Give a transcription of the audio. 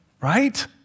Right